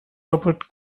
robert